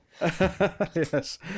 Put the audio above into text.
yes